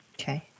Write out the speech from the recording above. Okay